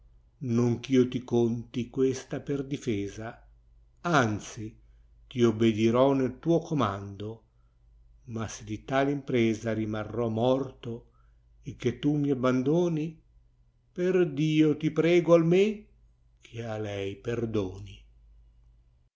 non ch'io ti conti questa per difesa anzi ti obbedirò nel tuo comando dia se di tal impresa rimarrò morto e che tu mi abbandoni per dio ti prego almen che a lei perdonl